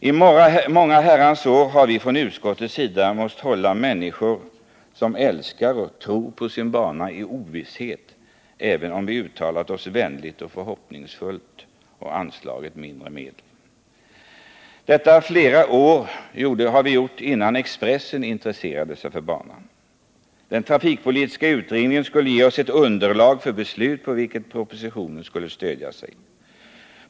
I många herrans år har vi från utskottets sida måst hålla människor som älskar och tror på sin bana i ovisshet, även om vi uttalat oss vänligt och förhoppningsfullt och anslagit mindre medel. Detta har vi gjort i flera år innan Expressen intresserade sig för banan. Den trafikpolitiska utredningen skulle ge oss ett underlag för beslut på vilket propositionen skulle stödja sig.